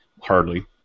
hardly